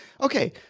Okay